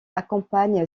accompagne